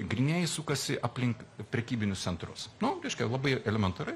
grynieji sukasi aplink prekybinius centrus nu reiškia labai elementariai